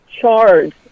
charged